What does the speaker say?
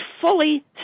fully